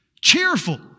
cheerful